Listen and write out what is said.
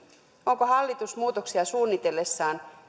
onko hallitus muutoksia suunnitellessaan